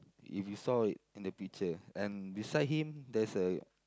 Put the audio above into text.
if you saw it in the picture and beside him there's a